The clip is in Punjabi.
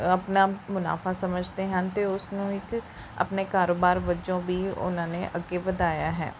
ਆਪਣਾ ਮੁਨਾਫਾ ਸਮਝਦੇ ਹਨ ਅਤੇ ਉਸਨੂੰ ਇੱਕ ਆਪਣੇ ਕਾਰੋਬਾਰ ਵਜੋਂ ਵੀ ਉਹਨਾਂ ਨੇ ਅੱਗੇ ਵਧਾਇਆ ਹੈ